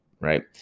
Right